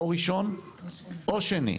או ראשון או שני,